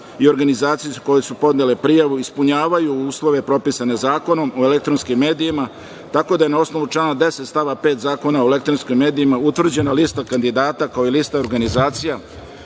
i organizacije koje su podnele prijavu ispunjavaju uslove propisane Zakonom o elektronskim medijima, tako da je na osnovu člana 10. stav 5. Zakona o elektronskim medijima utvrđena lista kandidata kao i lista organizacija